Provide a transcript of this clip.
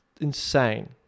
insane